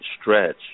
stretch